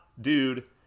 dude